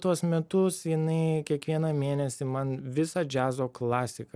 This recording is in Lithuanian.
tuos metus jinai kiekvieną mėnesį man visą džiazo klasiką